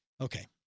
Okay